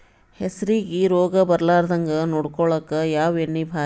ಹೆಸರಿಗಿ ರೋಗ ಬರಲಾರದಂಗ ನೊಡಕೊಳುಕ ಯಾವ ಎಣ್ಣಿ ಭಾರಿ?